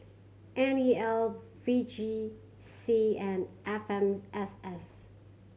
N E L V J C and F M S S